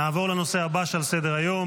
נעבור לנושא הבא שעל סדר-היום,